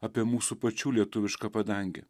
apie mūsų pačių lietuvišką padangę